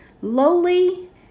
lowly